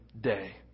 day